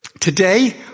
Today